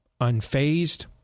unfazed